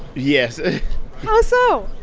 yes how so?